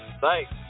Thanks